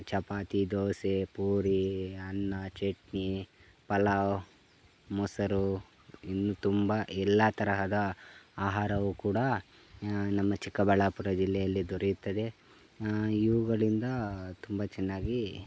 ಚಪಾತಿ ದೋಸೆ ಪೂರಿ ಅನ್ನ ಚಟ್ನಿ ಪಲಾವ್ ಮೊಸರು ಇನ್ನು ತುಂಬ ಎಲ್ಲ ತರಹದ ಆಹಾರವು ಕೂಡ ನಮ್ಮ ಚಿಕ್ಕಬಳ್ಳಾಪುರ ಜಿಲ್ಲೆಯಲ್ಲಿ ದೊರೆಯುತ್ತದೆ ಇವುಗಳಿಂದ ತುಂಬ ಚೆನ್ನಾಗಿ